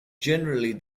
generally